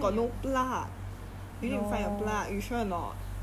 有一定有的